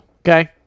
okay